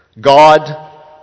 God